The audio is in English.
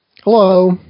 Hello